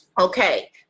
Okay